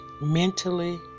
Mentally